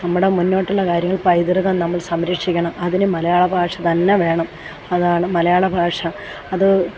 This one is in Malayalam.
നമ്മുടെ മുന്നോട്ടുള്ള കാര്യങ്ങൾ പൈതൃകം നമ്മൾ സംരക്ഷിക്കണം അതിന് മലയാളഭാഷ തന്നെ വേണം അതാണ് മലയാളഭാഷ അത്